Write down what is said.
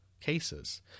cases